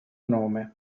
nome